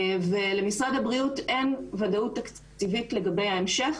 למשרד הבריאות אין ודאות תקציבית לגבי ההמשך,